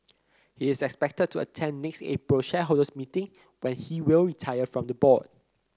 he is expected to attend next April's shareholders meeting but he will retire from the board